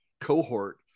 cohort